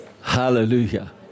Hallelujah